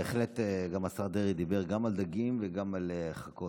בהחלט, גם השר דרעי דיבר גם על דגים וגם על חכות,